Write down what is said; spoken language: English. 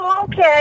Okay